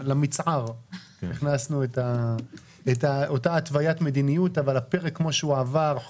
למצער הכנסנו את אותה התוויית מדיניות אבל הפרק כמו שהוא עבר הוא